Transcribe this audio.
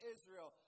Israel